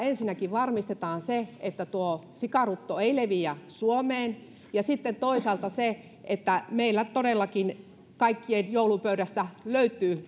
varmistetaan ensinnäkin se että sikarutto ei leviä suomeen ja sitten toisaalta se että meillä todellakin kaikkien joulupöydästä löytyy